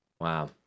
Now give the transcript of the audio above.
Wow